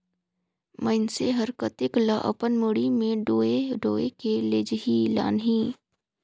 मइनसे हर कतेक ल अपन मुड़ी में डोएह डोएह के लेजही लानही